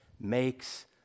makes